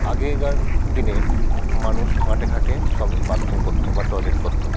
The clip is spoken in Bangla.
আগেকার দিনে মানুষ মাঠে ঘাটে সবাই বাথরুম করতো বা টয়লেট করতো